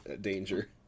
danger